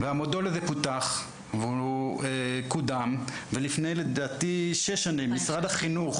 המודל הזה פותח וקודם ולדעתי לפני שש שנים,